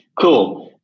Cool